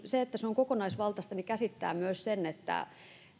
se että turvallisuus on kokonaisvaltaista käsittää myös sen että